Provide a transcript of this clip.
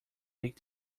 take